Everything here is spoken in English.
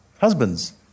husbands